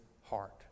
heart